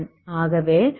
ஆகவே n n22n1224L2